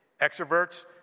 Extroverts